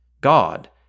God